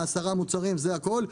10 מוצרים זה הכול.